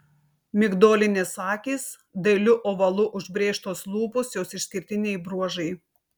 migdolinės akys dailiu ovalu užbrėžtos lūpos jos išskirtiniai bruožai